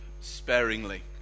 sparingly